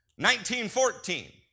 1914